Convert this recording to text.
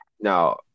now